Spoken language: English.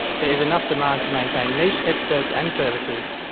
there is enough demand to maintain niche experts and services,